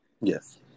Yes